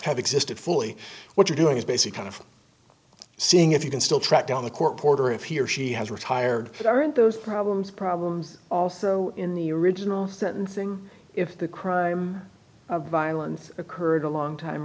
have existed fully what you're doing is basic kind of seeing if you can still track down the court reporter if he or she has retired but aren't those problems problems also in the original sentencing if the crime of violence occurred a long time